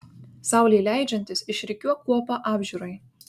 saulei leidžiantis išrikiuok kuopą apžiūrai